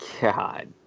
God